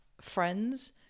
friends